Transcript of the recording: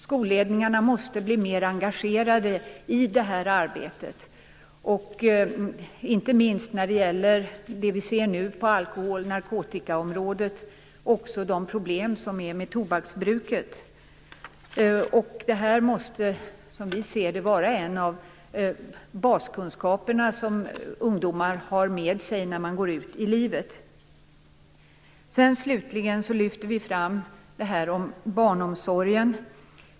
Skolledningarna måste bli mer engagerade i det arbetet. Det gäller inte minst det vi ser nu på alkohol och narkotikaområdet och även de problem som finns med tobaksbruket. Som vi ser det måste detta vara en baskunskap som ungdomar har med sig när de går ut i livet. Slutligen lyfter vi fram barnomsorgen.